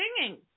singing